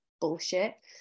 bullshit